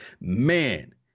man –